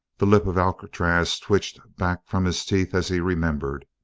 the lip of alcatraz twitched back from his teeth as he remembered.